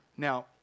Now